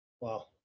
Wow